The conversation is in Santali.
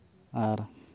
ᱟᱨ